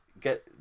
get